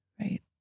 right